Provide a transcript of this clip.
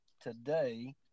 today